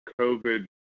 COVID